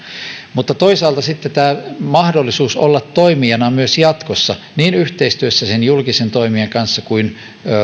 mutta toisaalta sitten tämä mahdollisuus olla toimijana myös jatkossa yhteistyössä niin sen julkisen toimijan kanssa kuin